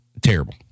Terrible